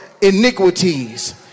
iniquities